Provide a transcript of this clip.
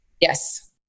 Yes